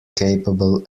capable